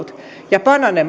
ja panna ne